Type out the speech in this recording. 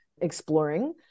exploring